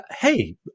hey